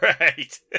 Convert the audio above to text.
right